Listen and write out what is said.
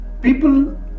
People